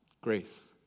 grace